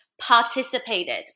participated